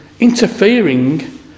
interfering